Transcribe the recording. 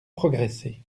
progresser